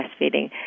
breastfeeding